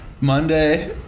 Monday